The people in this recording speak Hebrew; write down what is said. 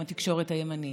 עם התקשורת הימנית,